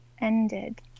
ended